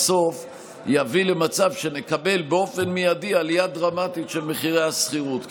בסוף יביא למצב שנקבל באופן מיידי עלייה דרמטית של מחירי השכירות,